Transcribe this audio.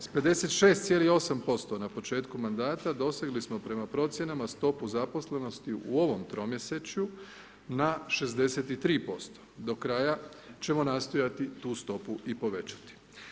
S 56,8% na početku mandata, dosegli smo prema procjenama stopu zaposlenosti u ovom tromjesečju, na 63%, do kraja ćemo nastojati tu stopu i povećati.